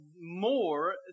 more